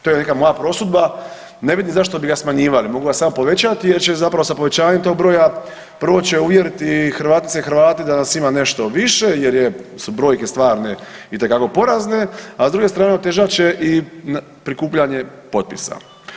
To je neka moja prosudba, ne vidim zašto bi ga smanjivali, mogu ga samo povećati jer će zapravo sa povećanjem tog broja prvo će uvjeriti Hrvatice i Hrvate da nas ima nešto više jer je su brojke stvarne itekako porazne, a s druge strane otežat će i prikupljanje potpisa.